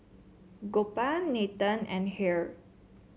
Gopal Nathan and